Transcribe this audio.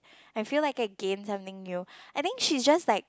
I feel like I gain something new I think she's just like